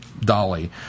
dolly